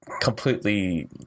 completely